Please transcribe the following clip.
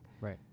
Right